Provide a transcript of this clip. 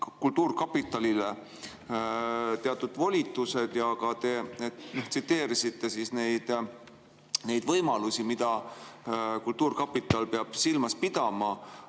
kultuurkapitalile teatud volitused ja te tsiteerisite neid võimalusi, mida kultuurkapital peab silmas pidama.